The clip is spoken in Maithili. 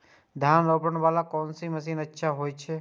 धान रोपे वाला कोन मशीन अच्छा होय छे?